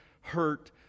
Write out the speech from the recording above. hurt